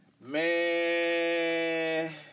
Man